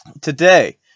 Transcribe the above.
today